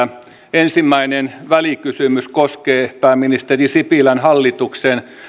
ensimmäinen välikysymys koskee pääministeri sipilän hallituksen